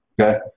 okay